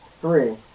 three